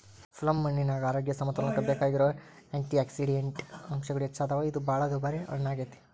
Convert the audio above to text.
ಪ್ಲಮ್ಹಣ್ಣಿನ್ಯಾಗ ಆರೋಗ್ಯ ಸಮತೋಲನಕ್ಕ ಬೇಕಾಗಿರೋ ಆ್ಯಂಟಿಯಾಕ್ಸಿಡಂಟ್ ಅಂಶಗಳು ಹೆಚ್ಚದಾವ, ಇದು ಬಾಳ ದುಬಾರಿ ಹಣ್ಣಾಗೇತಿ